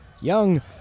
young